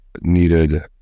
needed